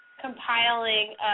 compiling